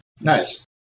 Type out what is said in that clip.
Nice